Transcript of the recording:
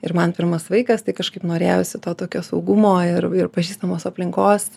ir man pirmas vaikas tai kažkaip norėjosi to tokio saugumo ir ir pažįstamos aplinkos